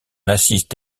assiste